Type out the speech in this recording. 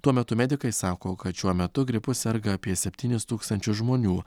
tuo metu medikai sako kad šiuo metu gripu serga apie septynis tūkstančius žmonių